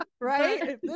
Right